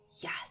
Yes